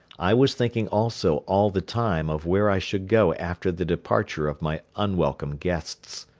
i was thinking also all the time of where i should go after the departure of my unwelcome guests.